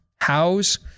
house